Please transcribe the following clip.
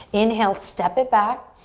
inhale, step it back.